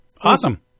Awesome